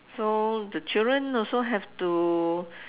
so the children also have to